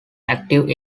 active